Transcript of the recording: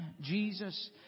Jesus